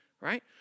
Right